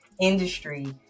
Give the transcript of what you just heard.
industry